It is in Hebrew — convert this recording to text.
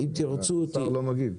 השר לא מגיב.